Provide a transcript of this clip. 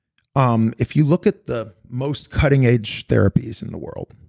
um if you look at the most cutting edge therapies in the world,